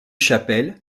chapelles